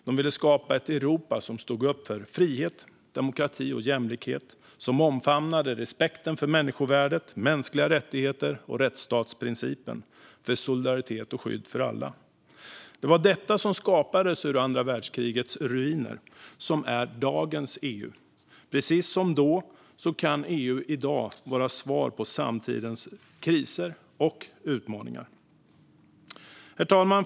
De ville skapa ett Europa som stod upp för frihet, demokrati och jämlikhet och som omfamnade respekten för människovärdet, mänskliga rättigheter och rättsstatsprincipen, för solidaritet och skydd för alla. Det var detta som skapades ur andra världskrigets ruiner, som är dagens EU. Precis som då kan EU i dag vara ett svar på samtidens kriser och utmaningar. Herr talman!